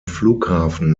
flughafen